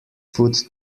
foot